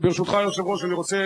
ברשותך, היושב-ראש, אני רוצה